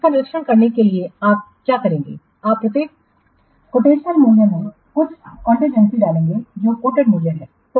का निरीक्षण करने के लिए आप क्या करेंगे आप प्रत्येक कोटेशनल मूल्य में कुछ कॉन्टेजन सी डालेंगे जो कोटेड मूल्य है